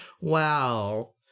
Wow